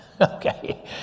Okay